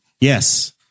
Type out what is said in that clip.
Yes